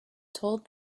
told